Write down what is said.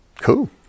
cool